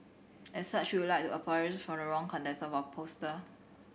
as such we would like to apologise for the wrong context of our poster